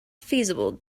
feasible